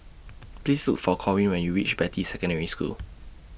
Please Look For Corwin when YOU REACH Beatty Secondary School